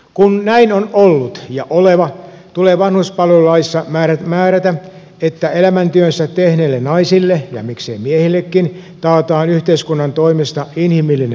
kun näin on ollut ja oleva tulee vanhuspalvelulaissa määrätä että elämäntyönsä tehneille naisille ja miksei miehillekin taataan yhteiskunnan toimesta inhimillinen vanhuus